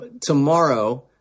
tomorrow